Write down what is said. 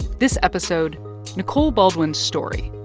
this episode nicole baldwin's story.